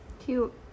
Cute